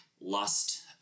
lust